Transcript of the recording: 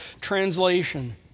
translation